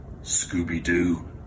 Scooby-Doo